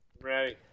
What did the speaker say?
Ready